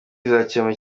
bizakemura